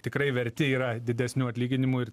tikrai verti yra didesnių atlyginimų ir